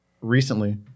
recently